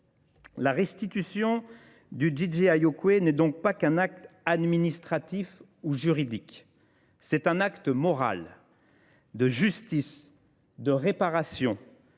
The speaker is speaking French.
La restitution du DJI au Quai n'est donc pas qu'un acte administratif ou juridique. C'est un acte moral, de justice, de réparation